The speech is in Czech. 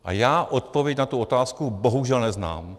A já odpověď na tu otázku bohužel neznám.